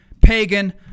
pagan